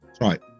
right